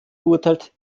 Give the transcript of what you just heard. beurteilt